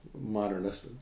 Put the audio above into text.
modernist